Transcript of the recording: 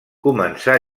començà